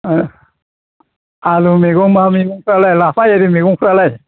अ आलु मैगं मा मेगं फ्रालाय लाफा एरि मैगंफ्रालाय